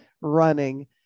running